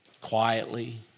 quietly